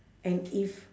and if